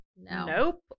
nope